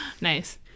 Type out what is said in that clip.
Nice